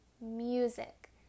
music